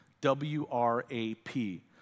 W-R-A-P